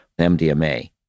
MDMA